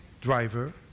driver